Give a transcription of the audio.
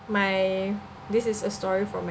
my this is a story from my